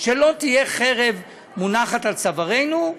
שלא תהיה חרב מונחת על צווארנו,